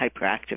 hyperactive